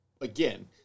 again